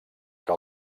que